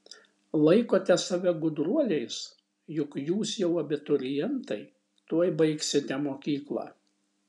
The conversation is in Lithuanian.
laikote save gudruoliais juk jūs jau abiturientai tuoj baigsite mokyklą